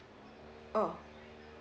oh